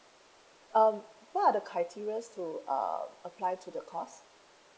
um what are the criterias to uh apply to the course